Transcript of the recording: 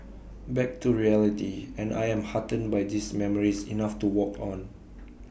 back to reality and I am heartened by these memories enough to walk on